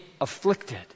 afflicted